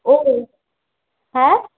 ও হ্যাঁ